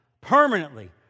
Permanently